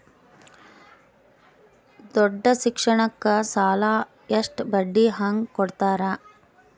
ದೊಡ್ಡ ಶಿಕ್ಷಣಕ್ಕ ಸಾಲ ಎಷ್ಟ ಬಡ್ಡಿ ಹಂಗ ಕೊಡ್ತಾರ?